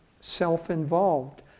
self-involved